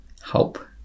help